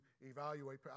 evaluate